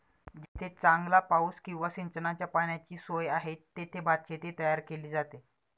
जेथे चांगला पाऊस किंवा सिंचनाच्या पाण्याची सोय आहे, तेथे भातशेती तयार केली जाते